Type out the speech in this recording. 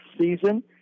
season